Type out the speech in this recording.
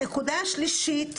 הנקודה השלישית,